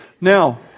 Now